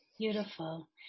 Beautiful